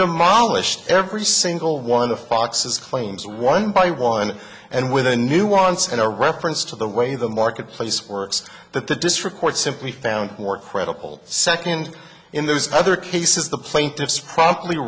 demolished every single one of the fox's claims one by one and with a nuance and a reference to the way the marketplace works that the district court simply found more credible second in those other cases the plaintiffs pro